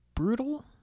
brutal